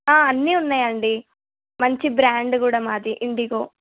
అన్ని ఉన్నాయండి మంచి బ్రాండ్ కూడా మాది ఇండిగో